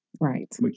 right